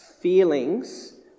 feelings